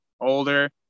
older